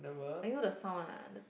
I know the sound lah the